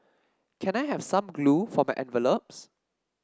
can I have some glue for my envelopes